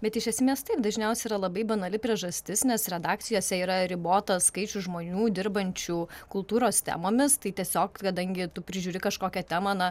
bet iš esmės taip dažniausiai yra labai banali priežastis nes redakcijose yra ribotas skaičius žmonių dirbančių kultūros temomis tai tiesiog kadangi tu prižiūri kažkokią temą na